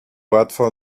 łatwo